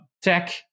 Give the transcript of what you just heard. tech